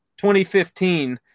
2015